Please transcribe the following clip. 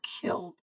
killed